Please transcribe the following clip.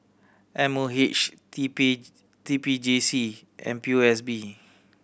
M O H T P T P J C and P O S B